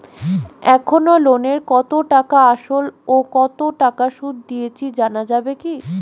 এখনো লোনের কত টাকা আসল ও কত টাকা সুদ দিয়েছি জানা যাবে কি?